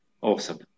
Awesome